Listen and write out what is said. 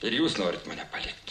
ir jūs norit mane palikti